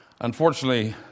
Unfortunately